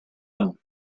him